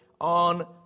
on